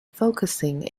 focusing